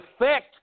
effect